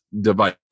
device